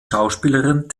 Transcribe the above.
schauspielerin